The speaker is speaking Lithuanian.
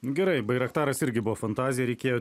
gerai bairaktaras irgi buvo fantazija reikėjo